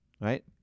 Right